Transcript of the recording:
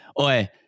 oi